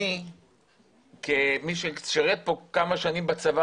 אני כמי ששירת פה כמה שנים בצבא,